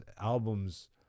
albums